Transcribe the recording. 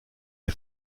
les